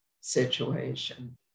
situation